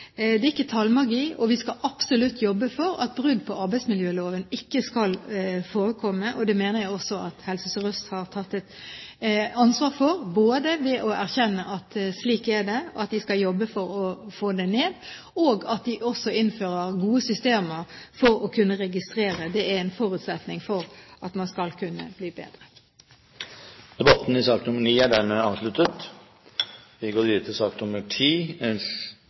Det er ikke tallmagi, og vi skal absolutt jobbe for at brudd på arbeidsmiljøloven ikke skal forekomme. Det mener jeg også at Helse Sør-Øst har tatt et ansvar for, både ved å erkjenne at slik er det, at de skal jobbe for å få det ned, og at de også innfører gode systemer for å kunne registrere. Det er en forutsetning for at man skal kunne bli bedre. Interpellasjonsdebatten i sak nr. 9 er